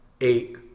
eight